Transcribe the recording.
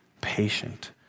patient